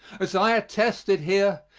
as i attest it here,